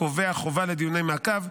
הקובע חובה לדיוני מעקב,